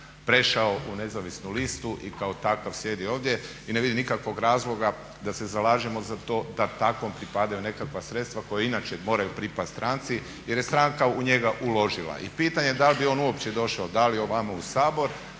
prešao u nezavisnu listu i kao takav sjedi ovdje i ne vidim nikakvog razloga da se zalažemo za to da takvom pripadaju nekakva sredstva koja inače moraju pripasti stranci jer je stranka u njega uložila. I pitanje je da li bi on uopće došao da li ovamo u Sabor,